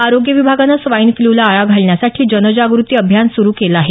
आरोग्य विभागानं स्वाईन फ्ल्यूला आळा घालण्यासाठी जनजाग्रती अभियान सुरु केलं आहे